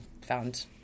found